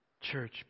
Church